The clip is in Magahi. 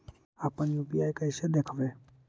अपन यु.पी.आई कैसे देखबै?